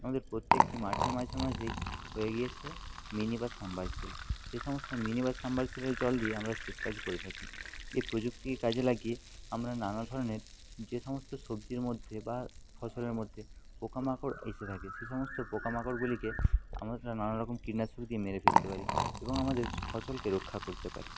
আমাদের প্রত্যেকটি মাঠের মাঝে মাঝেই হয়ে গিয়েছে মিনি বা সাবমের্সিবল সেই সমস্ত মিনি বা সামবারসিলের জল দিয়ে আমরা সেচ কাজ করে থাকি এই প্রযুক্তিকে কাজে লাগিয়ে আমরা নানা ধরণের যে সমস্ত সবজির মধ্যে বা ফসলের মধ্যে পোকামাকড় এসে থাকে সে সমস্ত পোকামাকড়গুলিকে নানা রকম কীটনাশক দিয়ে মেরে ফেলতে পারি এবং আমাদের ফসলকে রক্ষা করতে পারি